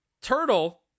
turtle